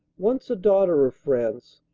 once a daughter of france,